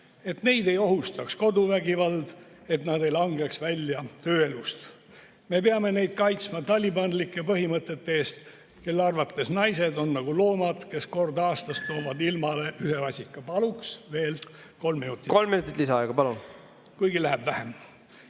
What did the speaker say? et neid ei ohustaks koduvägivald, et nad ei langeks välja tööelust. Me peame neid kaitsma talibanlike põhimõtete eest, kelle arvates naised on nagu loomad, kes kord aastas toovad ilmale ühe vasika. Paluks veel kolm minutit. Kolm minutit lisaaega. Palun! Kuigi läheb vähem.